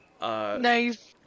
Nice